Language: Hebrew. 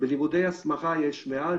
בלימודי הסמכה יש מעל